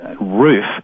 roof